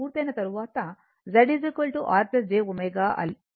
Z R j ω L అని నేను చెప్పాను